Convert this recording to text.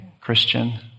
Christian